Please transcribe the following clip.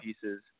pieces